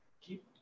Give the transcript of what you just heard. keep